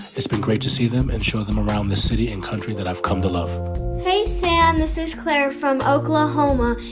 it's been great to see them and show them around the city and country that i've come to love hey, sam. this is claire from oklahoma,